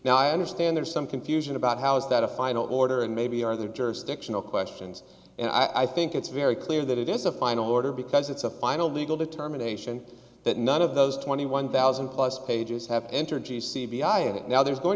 now i understand there's some confusion about how is that a final order and maybe are there jurisdictional questions and i think it's very clear that it is a final order because it's a final legal determination that none of those twenty one thousand plus pages have entergy c b i it now there is going